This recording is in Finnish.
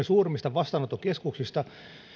suurimmista vastaanottokeskuksista